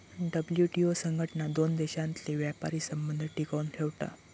WTO संघटना दोन देशांतले व्यापारी संबंध टिकवन ठेवता